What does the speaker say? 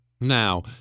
Now